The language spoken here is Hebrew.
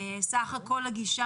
בסך הכול הגישה